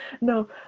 no